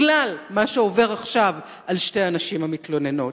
בדיוק בגלל מה שעובר עכשיו על שתי הנשים המתלוננות,